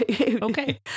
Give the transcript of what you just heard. okay